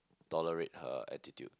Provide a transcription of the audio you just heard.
tolerate her attitude